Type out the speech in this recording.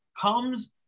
comes